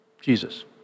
Jesus